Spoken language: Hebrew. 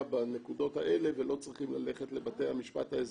בנקודות האלה ולא צריכים ללכת לבתי המשפט האזרחיים.